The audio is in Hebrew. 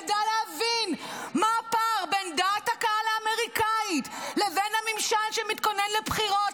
ידע להבין מה הפער בין דעת הקהל האמריקאית לבין הממשל שמתכונן לבחירות,